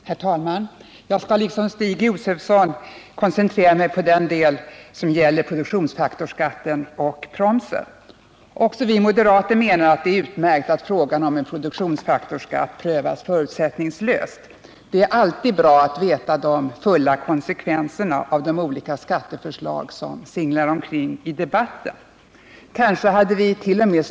Herr talman! Jag skall liksom Stig Josefson koncentrera mig på den del som gäller produktionsfaktorsskatten, ”promsen”. Också vi moderater menar att det är utmärkt att frågan om en produktionsfaktorsskatt prövas förutsättningslöst. Det är alltid bra att känna till de fulla konsekvenserna av de olika skatteförslag som singlar omkring i debatten. Kanske hade vit.o.m.